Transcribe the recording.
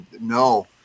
no